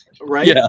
Right